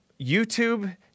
YouTube